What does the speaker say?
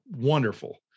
wonderful